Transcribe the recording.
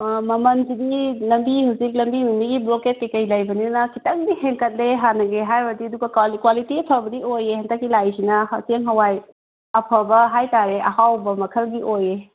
ꯃꯃꯜꯕꯨꯗꯤ ꯂꯝꯕꯤ ꯍꯧꯖꯤꯛ ꯂꯝꯕꯤ ꯅꯨꯡꯕꯤꯒꯤ ꯕ꯭ꯂꯣꯛꯀꯦꯠ ꯀꯔꯤ ꯀꯔꯤ ꯂꯩꯕꯅꯤꯅ ꯈꯤꯇꯪꯗꯤ ꯍꯦꯟꯒꯠꯂꯦ ꯍꯥꯟꯅꯒꯤ ꯍꯥꯏꯔꯨꯔꯗꯤ ꯑꯗꯨꯒ ꯀ꯭ꯋꯥꯂꯤꯇꯤ ꯑꯐꯕꯗꯤ ꯑꯣꯏꯌꯦ ꯍꯟꯗꯛꯀꯤ ꯂꯥꯛꯏꯁꯤꯅ ꯆꯦꯡ ꯍꯋꯥꯏ ꯑꯐꯕ ꯍꯥꯏꯕꯇꯥꯔꯦ ꯑꯍꯥꯎꯕ ꯃꯈꯜꯒꯤ ꯑꯣꯏꯌꯦ